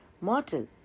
mortal